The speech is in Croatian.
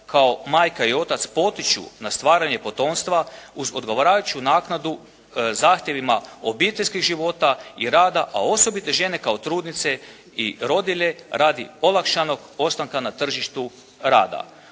kao majka i otac potiču na stvaranje potomstva uz odgovarajuću naknadu zahtjevima obiteljskog života i rada a osobito žene kao trudnice i rodilje radi olakšanog ostanka na tržištu rada.